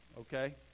okay